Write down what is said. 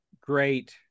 great